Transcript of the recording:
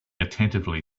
attentively